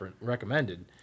recommended